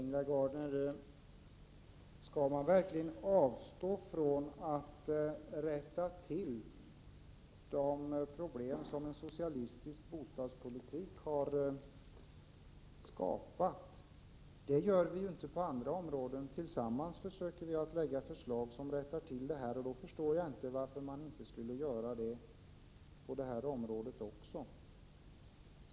Herr talman! Skall man verkligen avstå från att rätta till de problem som en socialistisk bostadspolitik har skapat, Ingela Gardner? Det gör vi ju inte på andra områden. Tillsammans försöker vi lägga fram förslag som rättar till sådant. Då förstår jag inte varför man inte skulle göra det på det här området också.